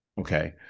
Okay